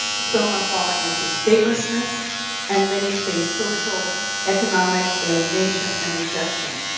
some are falling into statelessness and many face social economic daily nation and rejection.